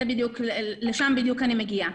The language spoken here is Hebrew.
לשם בדיוק אני מגיעה.